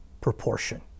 proportion